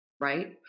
right